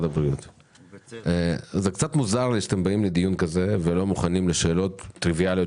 זה קצת מוזר לי שאתם באים לדיון כזה ולא מוכנים לשאלות טריביאליות